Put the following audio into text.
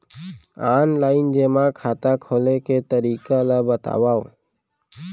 Online जेमा खाता खोले के तरीका ल बतावव?